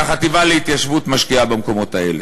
שהחטיבה להתיישבות משקיעה במקומות האלה.